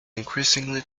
increasingly